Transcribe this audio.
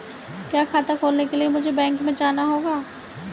क्या खाता खोलने के लिए मुझे बैंक में जाना होगा?